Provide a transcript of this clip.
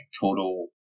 total